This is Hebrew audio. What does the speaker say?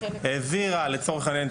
העבירה לצורך העניין,